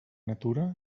natura